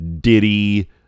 Diddy